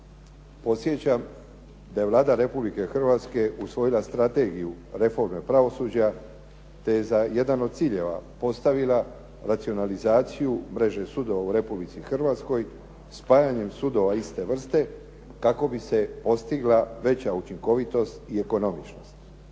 Podsjećam da je Vlada Republike Hrvatske usvojila strategiju reforme pravosuđa, te je za jedan od ciljeva postavila racionalizaciju mreže sudova u Republici Hrvatskoj spajanjem sudova iste vrste kako bi se postigla veća učinkovitost i ekonomičnost.